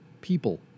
people